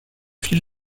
fil